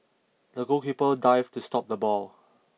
the goalkeeper dived to stop the ball